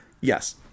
Yes